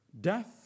death